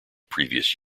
previous